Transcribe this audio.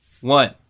One